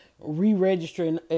re-registering